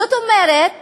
זאת אומרת